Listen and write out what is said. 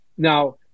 Now